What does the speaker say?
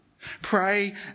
pray